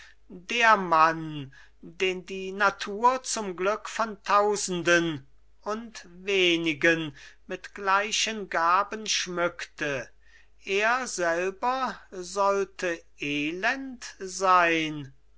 der mann den die natur zum glück von tausenden und wenigen mit gleichen gaben schmückte er selber sollte elend sein